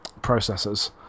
processors